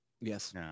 Yes